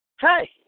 Hey